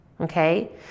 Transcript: okay